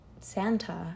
Santa